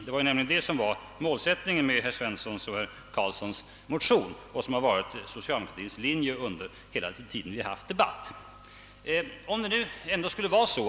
Detta var ju målsättningen med herr Svenssons och herr Carlssons i Tyresö motion och det har också varit socialdemokratins linje under hela den tid frågan debatterats.